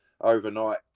overnight